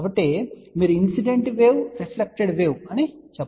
కాబట్టి మీరు incident wave reflected wave అని చెప్పవచ్చు సరే